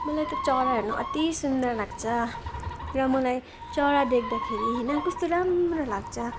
मलाई त चरा हेर्नु अति सुन्दर लाग्छ र मलाई चरा देख्दाखेरि होइन कस्तो राम्रो लाग्छ